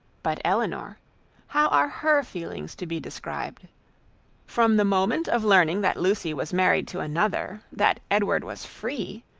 but elinor how are her feelings to be described from the moment of learning that lucy was married to another, that edward was free,